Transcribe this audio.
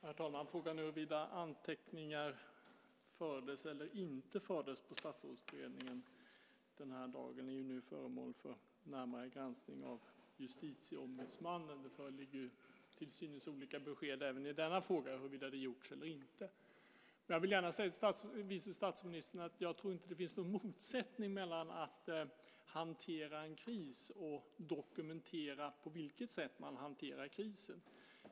Herr talman! Frågan om huruvida anteckningar fördes eller inte fördes i Statsrådsberedningen den här dagen är nu föremål för närmare granskning av Justitieombudsmannen. Det föreligger till synes olika besked även i denna fråga huruvida det gjorts eller inte. Jag vill gärna säga till vice statsministern att jag inte tror att det finns någon motsättning mellan att hantera en kris och dokumentera på vilket sätt man hanterar krisen.